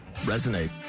resonate